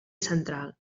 central